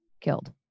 killed